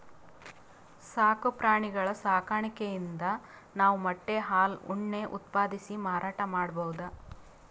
ಸಾಕು ಪ್ರಾಣಿಗಳ್ ಸಾಕಾಣಿಕೆಯಿಂದ್ ನಾವ್ ಮೊಟ್ಟೆ ಹಾಲ್ ಉಣ್ಣೆ ಉತ್ಪಾದಿಸಿ ಮಾರಾಟ್ ಮಾಡ್ಬಹುದ್